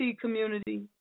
community